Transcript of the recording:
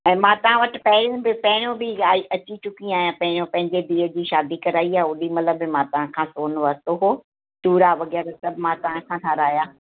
ऐं मां तव्हां वटि पहिरियो बि पहिरियो बि आयी अची चुकी आहियां पंहिंजो पंहिंजी धीअ जी शादी कराई आहे ओडीमहिल बि मां तव्हांखां सोन वरितो हो चूड़ा वग़ैरह तव्हांखां ठहाराया